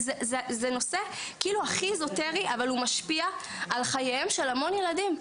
זה נושא הכי איזוטרי אבל הוא משפיע על חייהם של המון ילדים.